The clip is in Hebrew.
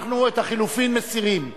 אנחנו את החלופין מסירים.